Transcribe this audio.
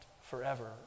forever